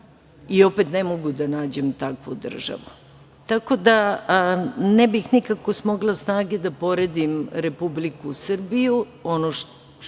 i opet ne mogu da nađem takvu državu. Tako da ne bih nikako smogla snage da poredim Republiku Srbiju,